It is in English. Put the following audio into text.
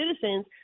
citizens